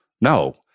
no